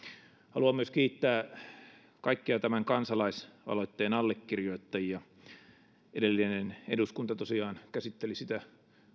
haluan myös kiittää kaikkia tämän kansalaisaloitteen allekirjoittajia edellinen eduskunta tosiaan käsitteli sitä